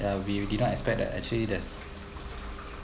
ya we didn't expect that actually there's